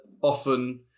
often